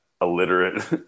illiterate